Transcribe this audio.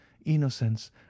innocence